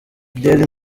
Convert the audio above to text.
daily